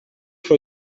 for